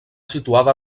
situada